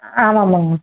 ஆ ஆமாம் ஆமாங்க